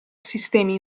sistemi